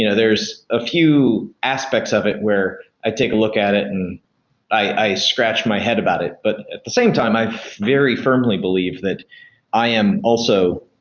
you know there's a few aspects of it where i take a look at it and i scratch my head about it, but at the same time i very firmly believe that i am also,